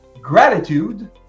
gratitude